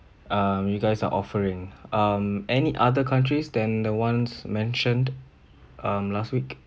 um you guys are offering um any other countries than the ones mentioned um last week